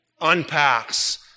unpacks